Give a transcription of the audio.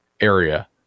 area